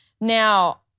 Now